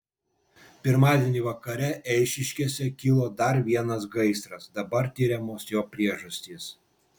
pirmadienį vakare eišiškėse kilo dar vienas gaisras dabar tiriamos jo priežastys